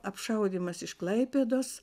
apšaudymas iš klaipėdos